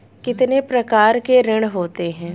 कितने प्रकार के ऋण होते हैं?